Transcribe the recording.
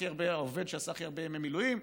העובד שעשה הכי הרבה ימי מילואים.